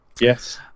Yes